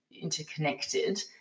interconnected